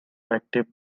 active